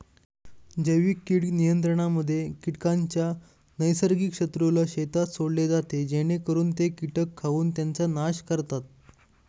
जैविक कीड नियंत्रणामध्ये कीटकांच्या नैसर्गिक शत्रूला शेतात सोडले जाते जेणेकरून ते कीटक खाऊन त्यांचा नाश करतात